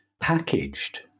packaged